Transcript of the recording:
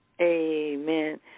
Amen